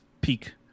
peak